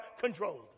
controlled